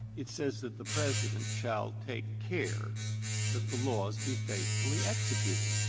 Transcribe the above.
it says that the president shall take care that the laws be faithfully executed.